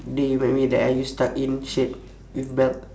day you met me that I use tuck in shirt with belt